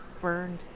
burned